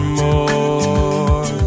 more